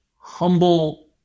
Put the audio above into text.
humble